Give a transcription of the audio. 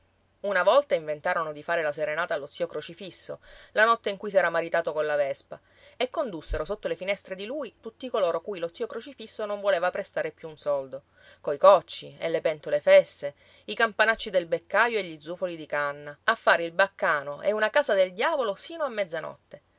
una volta inventarono di fare la serenata allo zio crocifisso la notte in cui s'era maritato colla vespa e condussero sotto le finestre di lui tutti coloro cui lo zio crocifisso non voleva prestare più un soldo coi cocci e le pentole fesse i campanacci del beccaio e gli zufoli di canna a fare il baccano e un casa del diavolo sino a mezzanotte